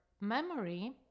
memory